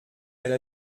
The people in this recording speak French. elle